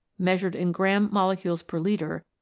measured in gramm mole cules per litre,